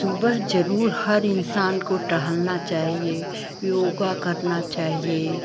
सुबह ज़रूर हर इन्सान को टहलना चाहिए योगा करना चाहिए